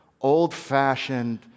old-fashioned